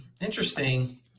Interesting